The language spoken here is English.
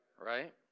right